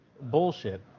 bullshit